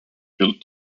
built